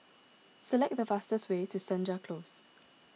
select the fastest way to Senja Close